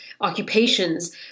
occupations